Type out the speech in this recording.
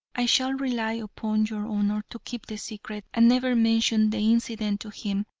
i shall rely upon your honor to keep the secret, and never mention the incident to him.